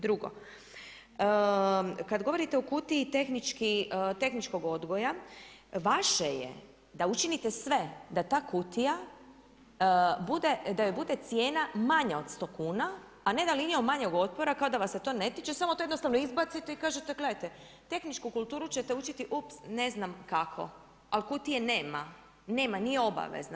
Drugo, kad govorite o kutiji tehničkog odgoja, vaše je da učinite sve da ta kutija bude, da joj bude cijena manja od 100 kuna, a ne da linijom manjeg otpora, kao da vas se to ne tiče, samo to jednostavno izbacite i kažete gledajte, tehničku kulturu ćete učiti ups ne znam kako, ali kutije nema, nije obavezna.